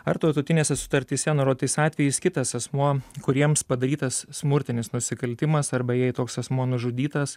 ar tarptautinėse sutartyse nurodytais atvejais kitas asmuo kuriems padarytas smurtinis nusikaltimas arba jei toks asmuo nužudytas